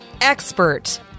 expert